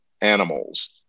animals